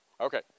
Okay